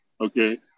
Okay